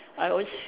I always